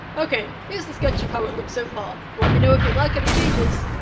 okay, here's the sketch of how it looks so far. let me know if you'd like any changes!